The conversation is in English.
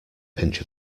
pinch